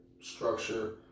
structure